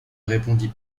répondit